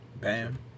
Bam